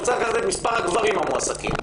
עכשיו צריך לראות מבין הגברים המועסקים,